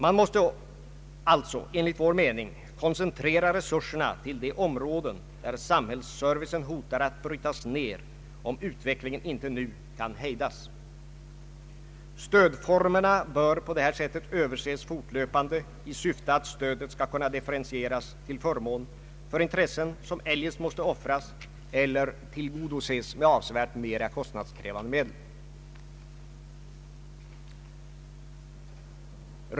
Man måste alltså enligt vår mening koncentrera resurserna till de områden där samhällsservicen hotar att brytas ned, om utvecklingen inte nu kan hejdas. Stödformerna bör på det här sättet överses fortlöpande i syfte att stödet skall kunna differentieras till förmån för intressen som eljest måste offras eller tillgodoses med avsevärt mera kostnadskrävande medel.